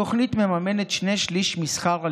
התוכנית משותפת למשרד